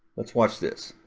let's watch this.